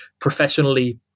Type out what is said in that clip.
professionally